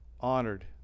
honored